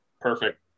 perfect